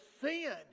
sin